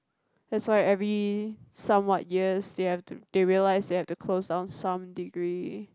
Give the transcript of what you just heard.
that's why every somewhat years they have to they realised they have to close down some degree